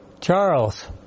Charles